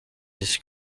his